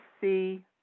see